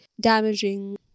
damaging